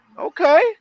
Okay